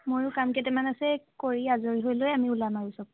মইও কাম কেইটামান আছে কৰি আজৰি হৈ লৈ আমি ওলাম আৰু চব